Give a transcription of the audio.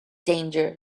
danger